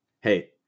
Hey